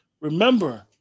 remember